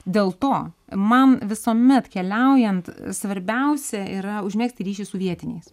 dėl to man visuomet keliaujant svarbiausia yra užmegzti ryšį su vietiniais